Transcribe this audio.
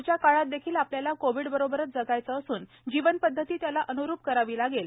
पुढच्या काळात देखील आपल्याला कोविडबरोबरच जगायचे असून जीवनपदधती त्याला अनूरूप करावी लागेल